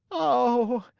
oh!